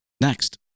next